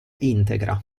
integra